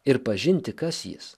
ir pažinti kas jis